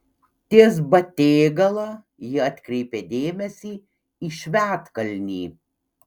ties batėgala ji atkreipė dėmesį į švedkalnį